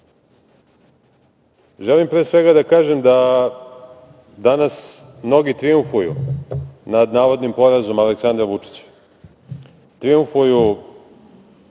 radi. Želim pre svega da kažem da danas mnogi trijumfuju nad navodnim porazom Aleksandra Vučića. Trijumfuju